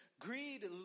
greed